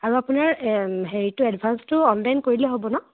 আৰু আপোনাৰ হেৰিটো এডভান্সটো অনলাইন কৰি দিলে হ'ব ন